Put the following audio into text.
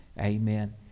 Amen